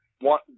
One